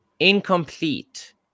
Incomplete